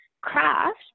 craft